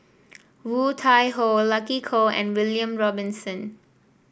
Woon Tai Ho Lucy Koh and William Robinson